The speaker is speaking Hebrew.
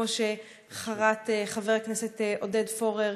כמו שטבע חבר הכנסת עודד פורר